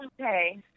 okay